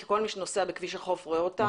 כי כל מי שנוסע בכביש החוף רואה אותה.